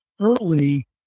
early